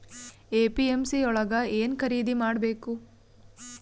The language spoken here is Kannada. ಎ.ಪಿ.ಎಮ್.ಸಿ ಯೊಳಗ ಏನ್ ಖರೀದಿದ ಮಾಡ್ಬೇಕು?